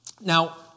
Now